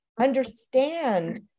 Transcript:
Understand